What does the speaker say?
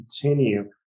continue